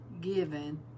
given